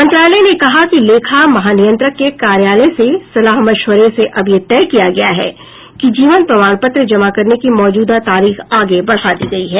मंत्रालय ने कहा कि लेखा महानियंत्रक के कार्यालय से सलाह मशविरे से अब तय किया गया है कि जीवन प्रमाणपत्र जमा करने की मौजूदा तारीख आगे बढ़ा दी गई है